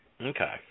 okay